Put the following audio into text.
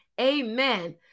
amen